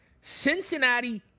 Cincinnati